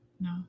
No